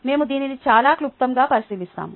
మేము దీనిని చాలా క్లుప్తంగా పరిశీలిస్తాము